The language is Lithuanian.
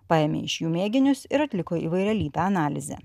paėmė iš jų mėginius ir atliko įvairialypę analizę